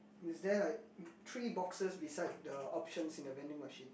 is there like three boxes beside the options in the vending machine